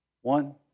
One